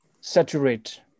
saturate